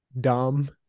dumb